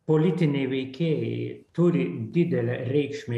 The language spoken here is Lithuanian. politiniai veikėjai turi didelę reikšmę